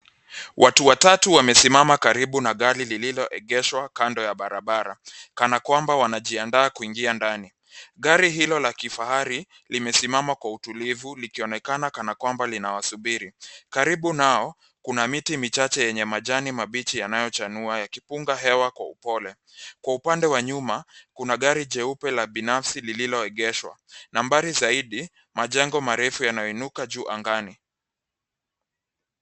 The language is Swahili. Watu watatu wamesimama karibu na gari lililoegeshwa kando ya barabara, kana kwamba wanajiandaa kuingia ndani. Gari hilo la kifahari limesimama kwa utulivu, likionekana kana kwamba linawasubiri. Karibu nao, kuna miti mitatu yenye majani mabichi yanayochanua, yakipunga hewa kwa upole. Kwa upande wa nyuma, kuna gari jeupe la binafsi lililoegeshwa. Zaidi ya hapo, majengo marefu yanaonekana yakiinuka juu angani.